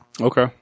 Okay